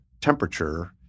temperature